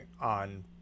on